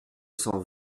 cent